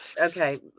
okay